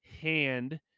hand